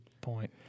point